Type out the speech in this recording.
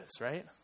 right